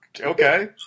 Okay